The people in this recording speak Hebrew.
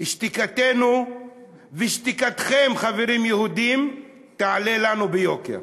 שתיקתנו ושתיקתכם, חברים יהודים, תעלה לנו ביוקר.